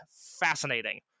fascinating